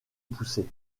pousser